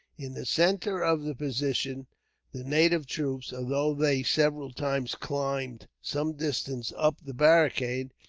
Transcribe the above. in the centre of the position the native troops, although they several times climbed some distance up the barricade,